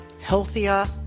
healthier